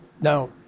now